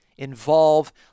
Involve